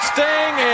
Sting